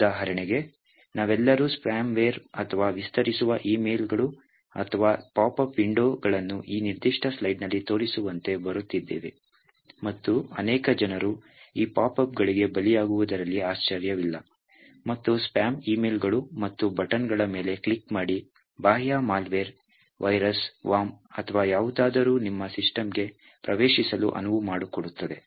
ಉದಾಹರಣೆಗೆ ನಾವೆಲ್ಲರೂ spamware ಅಥವಾ ವಿಸ್ತರಿಸುವ ಇಮೇಲ್ಗಳು ಅಥವಾ ಪಾಪ್ ಅಪ್ ವಿಂಡೋಗಳನ್ನು ಈ ನಿರ್ದಿಷ್ಟ ಸ್ಲೈಡ್ನಲ್ಲಿ ತೋರಿಸಿರುವಂತೆ ಬರುತ್ತಿದ್ದೇವೆ ಮತ್ತು ಅನೇಕ ಜನರು ಈ ಪಾಪ್ ಅಪ್ಗಳಿಗೆ ಬಲಿಯಾಗುವುದರಲ್ಲಿ ಆಶ್ಚರ್ಯವಿಲ್ಲ ಮತ್ತು ಸ್ಪ್ಯಾಮ್ ಇಮೇಲ್ಗಳು ಮತ್ತು ಬಟನ್ಗಳ ಮೇಲೆ ಕ್ಲಿಕ್ ಮಾಡಿ ಬಾಹ್ಯ ಮಾಲ್ವೇರ್ ವೈರಸ್ ವರ್ಮ್ ಅಥವಾ ಯಾವುದಾದರೂ ನಿಮ್ಮ ಸಿಸ್ಟಮ್ಗೆ ಪ್ರವೇಶಿಸಲು ಅನುವು ಮಾಡಿಕೊಡುತ್ತದೆ